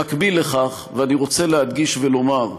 במקביל לכך, ואני רוצה להדגיש ולומר: